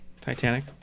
Titanic